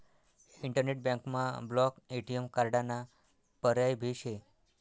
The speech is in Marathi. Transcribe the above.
इंटरनेट बँकमा ब्लॉक ए.टी.एम कार्डाना पर्याय भी शे